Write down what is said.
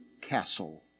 Castle